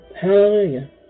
Hallelujah